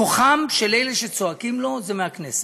כוחם של אלה שצועקים לו הוא מהכנסת.